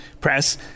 press